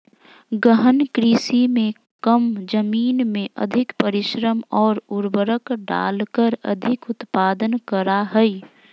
गहन कृषि में कम जमीन में अधिक परिश्रम और उर्वरक डालकर अधिक उत्पादन करा हइ